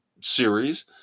series